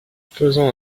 faisons